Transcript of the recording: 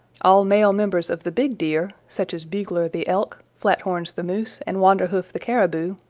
all male members of the big deer, such as bugler the elk, flathorns the moose and wanderhoof the caribou,